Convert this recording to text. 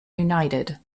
united